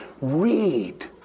read